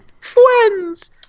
Friends